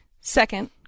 Second